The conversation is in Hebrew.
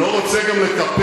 אני לא רוצה גם לקפח,